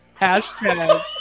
Hashtag